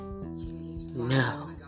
no